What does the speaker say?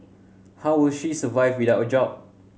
how will she survive without a job